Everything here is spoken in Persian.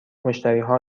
مشتریها